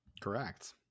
correct